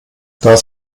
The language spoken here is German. das